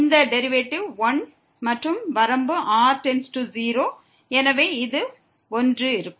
இந்த டெரிவேட்டிவ் 1 மற்றும் வரம்பு r→0 எனவே இது 1 என இருக்கும்